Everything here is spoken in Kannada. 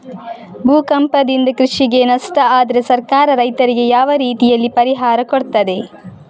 ಭೂಕಂಪದಿಂದ ಕೃಷಿಗೆ ನಷ್ಟ ಆದ್ರೆ ಸರ್ಕಾರ ರೈತರಿಗೆ ಯಾವ ರೀತಿಯಲ್ಲಿ ಪರಿಹಾರ ಕೊಡ್ತದೆ?